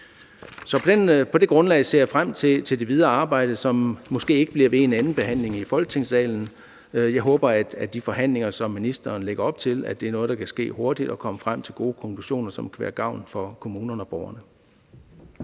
På det grundlag ser jeg frem til det videre arbejde, som måske ikke bliver ved en andenbehandling i Folketingssalen. Jeg håber, at de forhandlinger, som ministeren lægger op til, er noget, der kan ske hurtigt, og at vi kan komme frem til gode konklusioner, som kan være til gavn for kommunerne og borgerne.